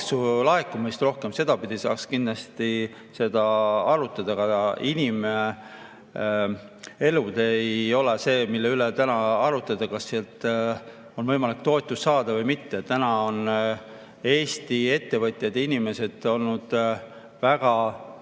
laekumist rohkem. Sedapidi saaks kindlasti arvutada. Aga inimelud ei ole see, mille üle täna arutleda, kas sealt on võimalik toetust saada või mitte. Täna on Eesti ettevõtjad ja inimesed olnud väga